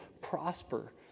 prosper